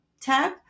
tab